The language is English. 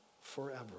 forever